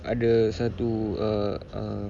ada satu err err